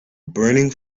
burning